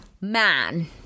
man